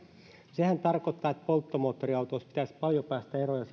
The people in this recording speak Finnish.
sehän tarkoittaa sitä että polttomoottoriautoista pitäisi paljolti päästä eroon ja